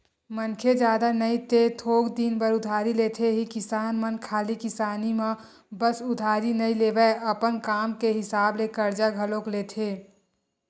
मनखे जादा नई ते थोक दिन बर उधारी लेथे ही किसान मन खाली किसानी म बस उधारी नइ लेवय, अपन काम के हिसाब ले करजा घलोक लेथे